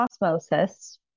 osmosis